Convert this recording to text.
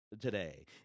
today